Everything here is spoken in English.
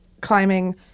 climbing –